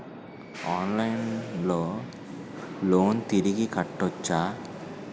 ఆన్లైన్లో లోన్ తిరిగి కట్టోచ్చా?